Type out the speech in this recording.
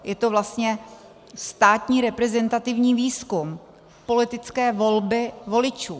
Je to vlastně státní reprezentativní výzkum politické volby voličů.